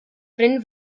bryn